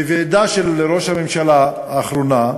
בוועידת ראש הממשלה, האחרונה,